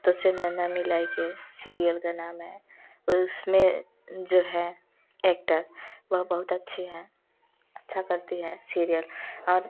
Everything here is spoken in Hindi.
तुझसे नैना मिलाय के सीरियल का नाम है और उसमें जो हैं एक वह बहुत अच्छी हैं अच्छा करती है सीरियल और